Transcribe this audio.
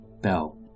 Bell